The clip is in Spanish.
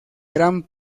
gran